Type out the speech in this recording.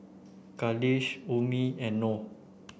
Khalish Ummi and Noh